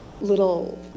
little